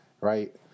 Right